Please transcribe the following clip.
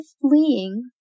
fleeing